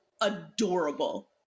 adorable